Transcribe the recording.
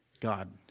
God